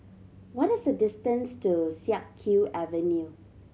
what is the distance to Siak Kew Avenue